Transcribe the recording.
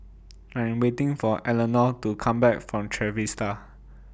I Am waiting For Elenor to Come Back from Trevista